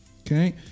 Okay